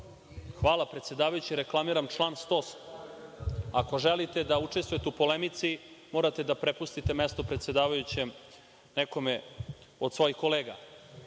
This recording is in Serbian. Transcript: Hvala predsedavajući. Reklamiram član 108. Ako želite da učestvujete u polemici morate da prepustite mesto predsedavajućeg nekome od svojih kolega.